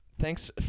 Thanks